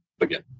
again